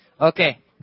Okay